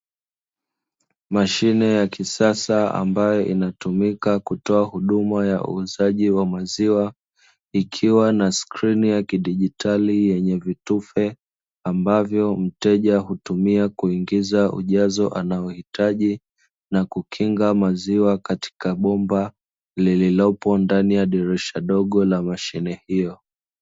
Mashine ya kisasa ambayo inatumika kutoa huduma ya uuzaji wa maziwa, ikiwa na skirini ya kidigitali yenye vitufe ambavyo mteja hutumia kuingiza ujazo anaohitaji, na kukinga maziwa katika bomba lililopo ndani ya dirisha dogo la mashine hiyo.